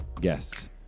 guests